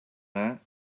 that